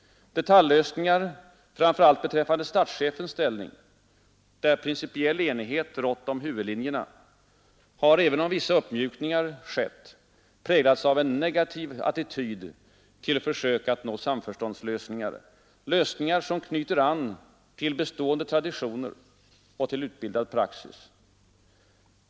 Detaljlösningar framför allt beträffande statschefens ställning, där principiell enighet rått om huvudlinjerna, har — även om vissa uppmjukningar skett — präglats av en negativ attityd till försök att nå samförståndslösningar, lösningar som knyter an till bestående traditioner och till utbildad praxis.